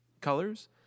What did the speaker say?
colors